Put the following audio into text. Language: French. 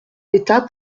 d’état